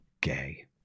gay